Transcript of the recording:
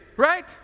right